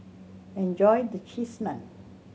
enjoy the Cheese Naan